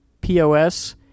POS